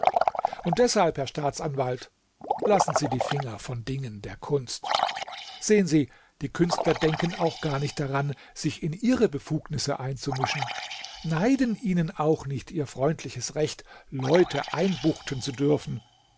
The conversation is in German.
und deshalb herr staatsanwalt lassen sie die finger von dingen der kunst sehen sie die künstler denken auch gar nicht daran sich in ihre befugnisse einzumischen neiden ihnen auch nicht ihr freundliches recht leute einbuchten zu dürfen